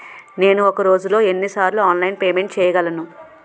నేను ఒక రోజులో ఎన్ని సార్లు ఆన్లైన్ పేమెంట్ చేయగలను?